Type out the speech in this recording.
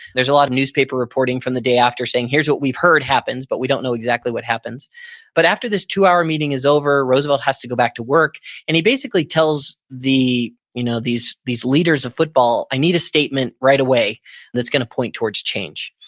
there's a lot of newspaper reporting from the day after, saying here's what we heard happens but we don't know exactly what happens but after this two hour meeting is over, roosevelt has to go back to work and he basically tells you know these these leaders of football, i need a statement right way that's going to point towards change.